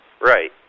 Right